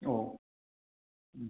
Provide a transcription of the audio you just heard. ꯑꯣ ꯎꯝ